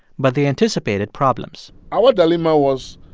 but they anticipated problems our dilemma was,